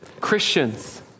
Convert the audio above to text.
Christians